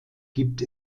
gibt